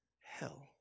hell